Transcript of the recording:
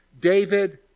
David